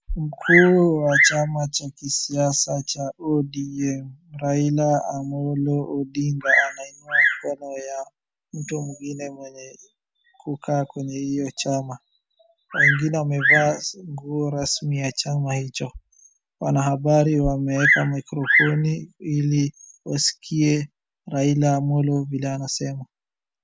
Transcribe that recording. Mkuu wa chama cha kisiasa cha ODM, Raila Amolo Odinga anainua mkono ya mtu mwingine mwenye kukaa kwenye hiyo chama. Wengine wamevaa nguo rasmi ya chama hicho. Wanahabari wameeka maikrofoni ili waskie Raila Amolo vile anasema.